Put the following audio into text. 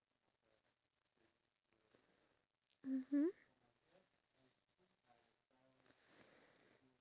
ya so that at the end of the day it's something like a memorable experience for them because they get to like